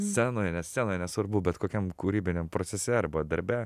scenoj ne scenoj nesvarbu bet kokiam kūrybiniam procese arba darbe